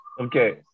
Okay